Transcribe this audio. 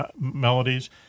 melodies